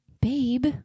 babe